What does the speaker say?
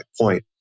point